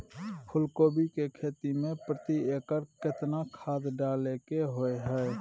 फूलकोबी की खेती मे प्रति एकर केतना खाद डालय के होय हय?